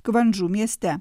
kvangdžu mieste